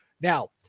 Now